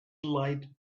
light